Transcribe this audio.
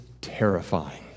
terrifying